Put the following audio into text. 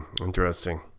interesting